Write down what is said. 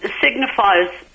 signifies